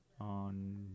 on